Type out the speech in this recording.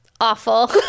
Awful